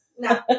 No